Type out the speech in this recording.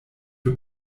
für